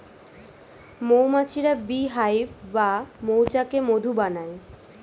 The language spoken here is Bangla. মৌমাছিরা বী হাইভ বা মৌচাকে মধু বানায়